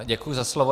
Děkuji za slovo.